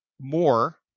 more